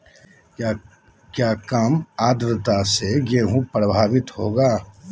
क्या काम आद्रता से गेहु प्रभाभीत होगा?